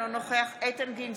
אינו נוכח איתן גינזבורג,